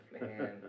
Man